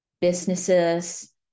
businesses